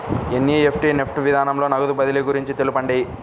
NEFT NEFT విధానంలో నగదు బదిలీ గురించి తెలుపండి?